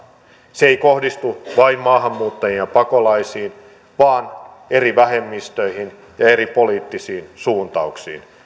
se ei kohdistu vain maahanmuuttajiin ja pakolaisiin vaan eri vähemmistöihin ja eri poliittisiin suuntauksiin